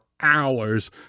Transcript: hours